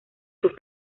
sus